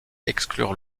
exclure